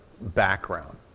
background